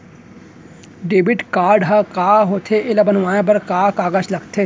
Debit card ह का होथे एला बनवाए बर का का कागज लगथे?